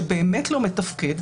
שבאמת לא מתפקד,